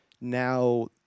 now